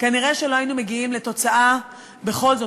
כנראה לא היינו מגיעים לתוצאה בכל זאת